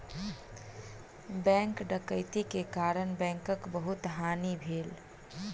bank डकैती के कारण बैंकक बहुत हानि भेल